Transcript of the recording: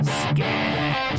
scared